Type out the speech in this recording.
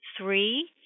three